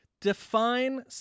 Define